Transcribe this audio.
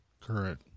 current